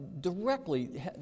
directly